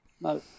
No